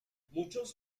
muchos